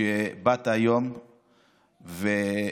שבאת היום והשתתפת